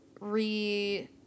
re